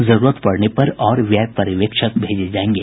जरूरत पड़ने पर और व्यय पर्यवेक्षक भेजे जायेंगे